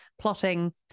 plotting